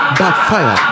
backfire